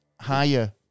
higher